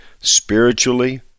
spiritually